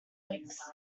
leaks